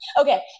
Okay